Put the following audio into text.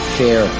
fair